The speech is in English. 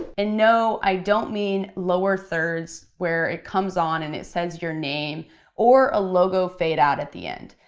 and no, i don't mean lower thirds where it comes on and it says your name or a logo fade out at the end.